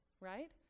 right